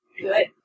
Good